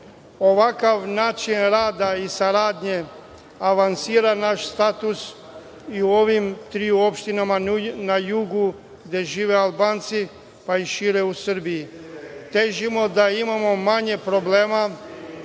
Ovakav način rada i saradnje avansira naš status i u ove tri opštine, na jugu, gde žive Albanci, pa i šire u Srbiji. Težimo da imamo manje problema